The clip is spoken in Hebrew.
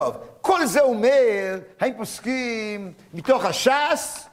טוב, כל זה אומר, האם פוסקים מתוך הש"ס